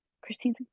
Christine